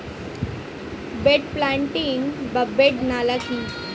Bed planting বা bed নালা কি?